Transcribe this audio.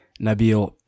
Nabil